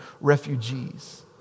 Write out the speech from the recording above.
refugees